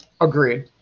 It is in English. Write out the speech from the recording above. Agreed